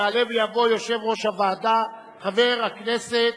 יעלה ויבוא יושב-ראש הוועדה, חבר הכנסת